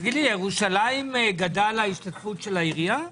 ירושלים גדלה השתתפות העירייה?